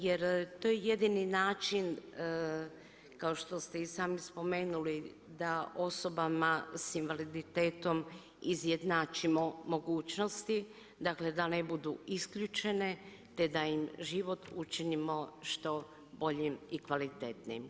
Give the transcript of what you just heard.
Jer to je jedini način kao što ste i sami spomenuli da osobama sa invaliditetom izjednačimo mogućnosti, dakle da ne budu isključene te da im život učinimo što boljim i kvalitetnijim.